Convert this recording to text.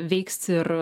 veiks ir